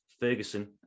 Ferguson